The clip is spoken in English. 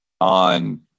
on